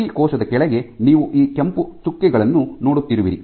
ಪ್ರತಿ ಕೋಶದ ಕೆಳಗೆ ನೀವು ಈ ಕೆಂಪು ಚುಕ್ಕೆಗಳನ್ನು ನೋಡುತ್ತಿರುವಿರಿ